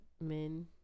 men